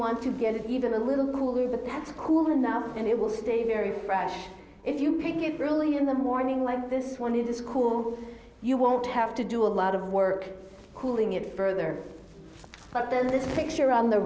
want to get even a little cooler but that's cool enough and it will stay very fresh if you pick it really in the morning like this when it is cool you won't have to do a lot of work cooling it further but then there's a picture on the